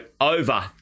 over